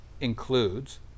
includes